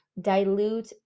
dilute